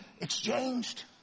exchanged